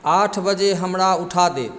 आठ बजे हमरा उठा देब